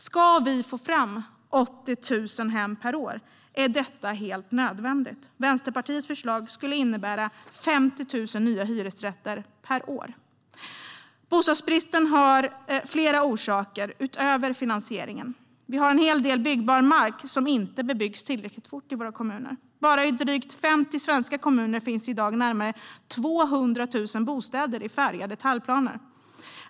Ska vi få fram 80 000 hem per år är detta helt nödvändigt. Vänsterpartiets förslag skulle innebära 50 000 nya hyresrätter per år. Bostadsbristen har flera orsaker utöver finansieringen. Vi har en hel del byggbar mark i våra kommuner som inte bebyggs tillräckligt fort. Bara i drygt 50 svenska kommuner finns i dag närmare 200 000 bostäder i färdiga detaljplaner.